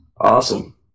Awesome